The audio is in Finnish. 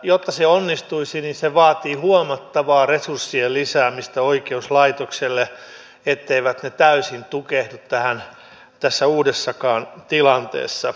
jotta se onnistuisi se vaatii huomattavaa resurssien lisäämistä oikeuslaitoksille etteivät ne täysin tukehdu tässä uudessakaan tilanteessa